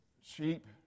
sheep